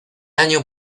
año